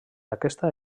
aquesta